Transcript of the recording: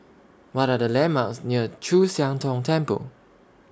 What Are The landmarks near Chu Siang Tong Temple